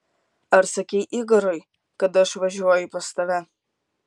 ar sakei igoriui kad aš važiuoju pas tave